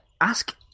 ask